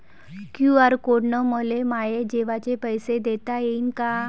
QR code न मले माये जेवाचे पैसे देता येईन का?